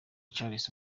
charles